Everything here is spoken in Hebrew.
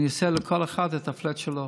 אני עושה לכל אחד את הפלאט שלו,